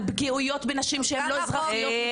על פגיעות בנשים שהן לא אזרחיות מדינת